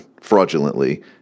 fraudulently